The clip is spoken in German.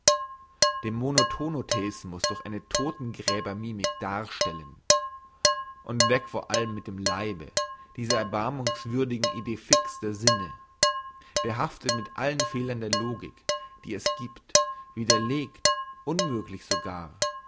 den monotono theismus durch eine todtengräber mimik darstellen und weg vor allem mit dem leibe dieser erbarmungswürdigen ide fixe der sinne behaftet mit allen fehlern der logik die es giebt widerlegt unmöglich sogar